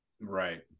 Right